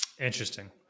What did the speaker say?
Interesting